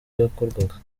yakorwaga